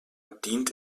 dient